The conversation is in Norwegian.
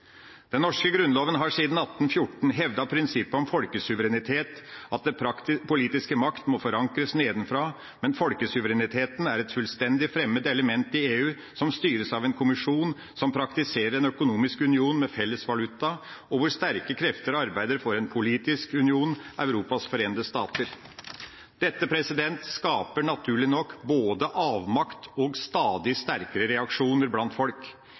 Den norske grunnloven har siden 1814 hevdet prinsippet om folkesuverenitet, at den politiske makten må forankres nedenfra. Men folkesuverenitet er et fullstendig fremmed element i EU, som styres av en kommisjon som praktiserer en økonomisk union med felles valuta, og hvor sterke krefter arbeider for en politisk union – Europas forente stater. Dette skaper naturlig nok både avmakt og stadig sterkere reaksjoner blant folk.